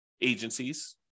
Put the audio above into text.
agencies